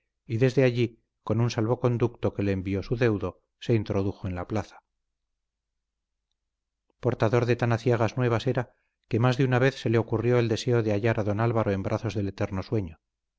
y desde allí con un salvoconducto que le envió su deudo se introdujo en la plaza portador de tan aciagas nuevas era que más de una vez se le ocurrió el deseo de hallar a don álvaro en brazos del eterno sueño